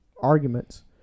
arguments